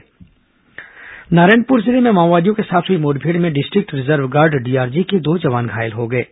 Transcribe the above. माओवादी वारदात नारायणपुर जिले में माओवादियों के साथ हुई मुठभेड़ में डिस्ट्रिक्ट रिजर्व गार्ड डीआरजी के दो जवान घायल हो गए हैं